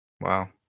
Wow